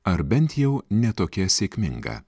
ar bent jau ne tokia sėkminga